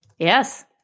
Yes